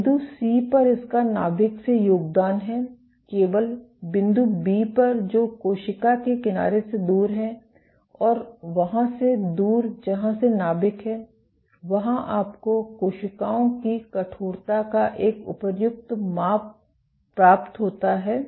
बिंदु C पर इसका नाभिक से योगदान है केवल बिंदु B पर जो कोशिका के किनारे से दूर है और वहाँ से दूर जहाँ से नाभिक है वहाँ आपको कोशिकाओं की कठोरता का एक उपयुक्त माप प्राप्त होता है